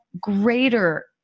greater